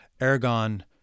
Aragon